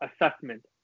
assessment